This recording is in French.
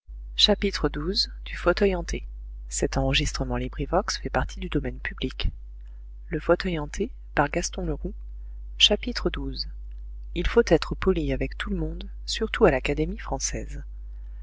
et harmonieux xii il faut être poli avec tout le monde surtout à l'académie française